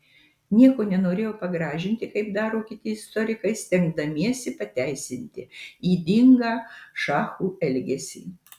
nieko nenorėjau pagražinti kaip daro kiti istorikai stengdamiesi pateisinti ydingą šachų elgesį